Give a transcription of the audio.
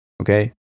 Okay